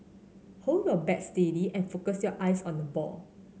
hold your bat steady and focus your eyes on the ball